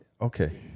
Okay